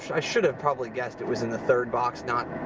i should've probably guessed it was in the third box, not,